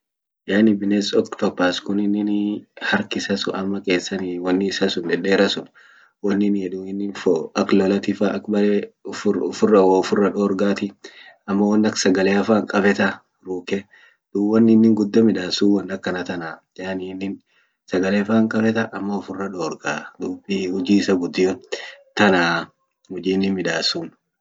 Yani bines octopus kun ininii hark isa sun ama qesani wonni isa sun dedera sun wonin yed inin for ak lolatifa ak bere ufira wo ufira dorgatia ama won ak sagaleatinfa qabeta ruke dub won inin guda midasum won akana tana yani inin sagalefan qabeta ama ufirra dorga dub huji isa gudion tanaa huji inin midasun.